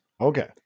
okay